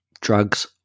drugs